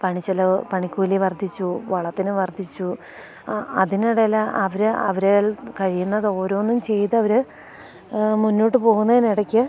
പണിച്ചിലവ് പണിക്കൂലി വർദ്ധിച്ചു വളത്തിന് വർദ്ധിച്ചു ആ അതിനിടയിൽ അവർ അവരേൽ കഴിയുന്നതോരോന്നും ചെയ്തവർ മുന്നോട്ട് പോകുന്നതിനിടക്ക്